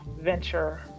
venture